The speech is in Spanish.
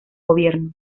gobierno